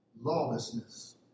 lawlessness